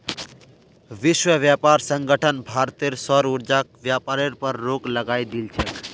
विश्व व्यापार संगठन भारतेर सौर ऊर्जाक व्यापारेर पर रोक लगई दिल छेक